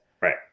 Right